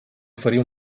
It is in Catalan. oferir